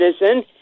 medicine